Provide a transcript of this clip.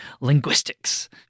linguistics